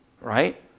right